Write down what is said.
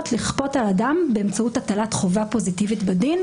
לכפות על אדם באמצעות הטלת חובה פוזיטיבית בדין,